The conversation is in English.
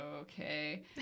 okay